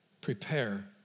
Prepare